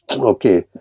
okay